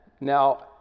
Now